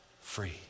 free